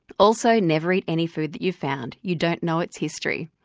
also, never eat any food that you've found, you don't know its history.